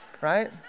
right